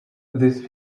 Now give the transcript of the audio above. this